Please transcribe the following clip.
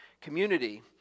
community